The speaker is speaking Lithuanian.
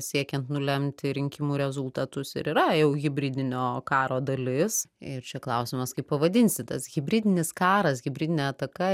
siekiant nulemti rinkimų rezultatus ir yra jau hibridinio karo dalis ir čia klausimas kaip pavadinsi tas hibridinis karas hibridinė ataka